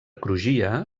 crugia